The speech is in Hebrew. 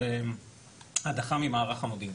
של הדחה ממערך המודיעין.